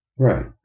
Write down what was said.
right